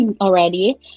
already